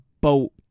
boat